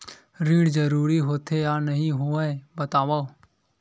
ऋण जरूरी होथे या नहीं होवाए बतावव?